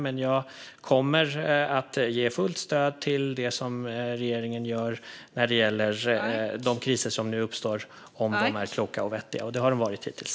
Men jag kommer att ge fullt stöd till det regeringen gör i de kriser som nu uppstår om de sakerna är kloka och vettiga, och det har de varit hittills.